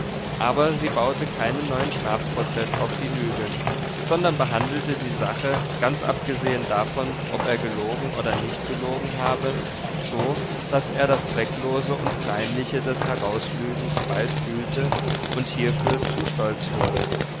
aber sie baute keinen neuen strafprozeß auf die lüge sondern behandelte die sache ganz abgesehen davon ob er gelogen oder nicht gelogen habe so daß er das zwecklose und kleinliche des herauslügens bald fühlte und hierfür zu stolz wurde